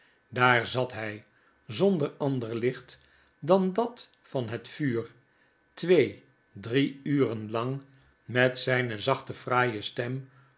daar zat hy zonder ander licht dan dat van het vuur twee drie uren lang met zyne zachte fraaie stem